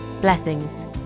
Blessings